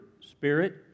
spirit